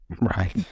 Right